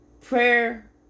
Prayer